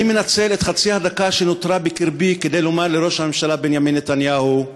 אני מנצל את חצי הדקה שנותרה כדי לומר לראש הממשלה בנימין נתניהו: